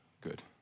good